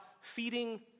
feeding